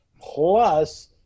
Plus